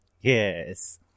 Yes